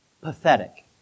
pathetic